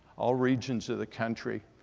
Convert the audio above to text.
all regions of the country.